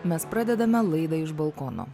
mes pradedame laidą iš balkono